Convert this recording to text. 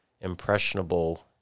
impressionable